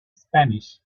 spanish